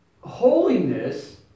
holiness